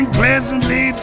pleasantly